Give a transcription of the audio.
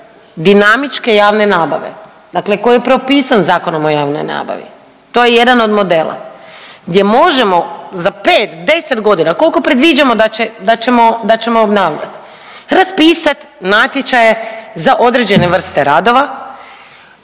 dinamičke javne nabave, dakle koji je propisan Zakonom o javnom nabavi? To je jedan od modela gdje možemo za 5, 10 godina, koliko predviđamo da ćemo obnavljati, raspisati natječaje za određene vrste radova,